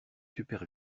super